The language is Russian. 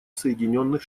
соединенных